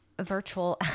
virtual